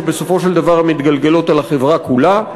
שבסופו של דבר מתגלגלות על החברה כולה.